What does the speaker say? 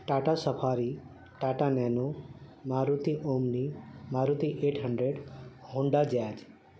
Tata safari Tata nano Maruti omni Maruti eight hundred Honda jazz